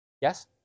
Yes